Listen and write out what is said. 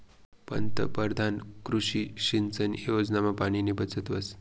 पंतपरधान कृषी सिंचन योजनामा पाणीनी बचत व्हस